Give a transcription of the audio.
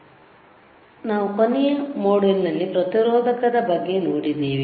ಆದ್ದರಿಂದ ನಾವು ಕೊನೆಯ ಮೊಡ್ಯುಲ್ ನಲ್ಲೇ ಪ್ರತಿರೋಧಕದ ಬಗ್ಗೆ ನೋಡಿದ್ದೇವೆ